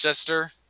sister